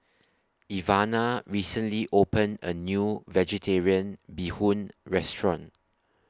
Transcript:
Ivana recently opened A New Vegetarian Bee Hoon Restaurant